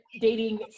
dating